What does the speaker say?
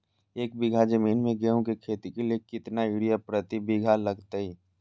एक बिघा जमीन में गेहूं के खेती के लिए कितना यूरिया प्रति बीघा लगतय?